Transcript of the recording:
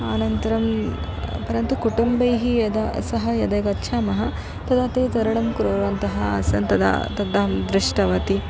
अनन्तरं परन्तु कुटुम्बैः यदा सः यदा गच्छामः तदा ते तरणं कुर्वन्तः आसन् तदा तदहं दृष्टवती